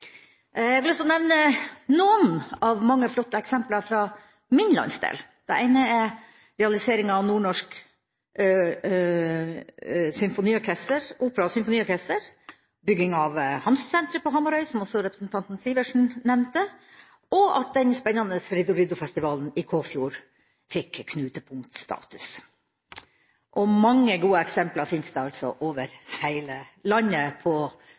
Jeg vil også nevne noen av mange flotte eksempler fra min landsdel. Det ene er realiseringa av Nordnorsk Opera og Symfoniorkester, bygging av Hamsumsenteret på Hamarøy, som også representanten Sivertsen nevnte, og at den spennende Riddu Riddu-festivalen i Kåfjord fikk knutepunktstatus. Det finnes altså mange gode eksempler over hele landet på den visjonære satsinga til regjeringa. Jeg vil bruke litt tid på